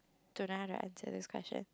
do I have to answer this question